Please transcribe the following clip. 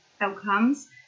outcomes